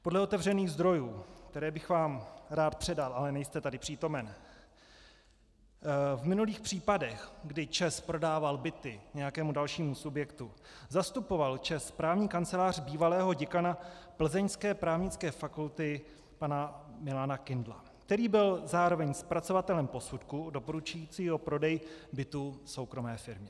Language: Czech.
Podle otevřených zdrojů, které bych vám rád předal, ale nejste tady přítomen, v minulých případech, kdy ČEZ prodával byty nějakému dalšímu subjektu, zastupovala ČEZ právní kancelář bývalého děkana plzeňské právnické fakulty pana Milana Kindla, který byl zároveň zpracovatelem posudku doporučujícího prodej bytů soukromé firmě.